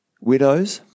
widows